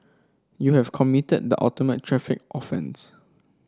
you have committed the ultimate traffic offence